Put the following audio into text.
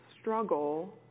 struggle